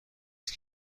است